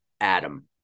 adam